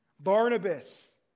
Barnabas